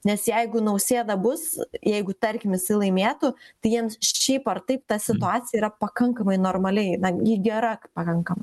nes jeigu nausėda bus jeigu tarkim jisai laimėtų tai jiems šiaip ar taip ta situacija yra pakankamai normaliai na ji gera pakankam